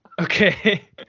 Okay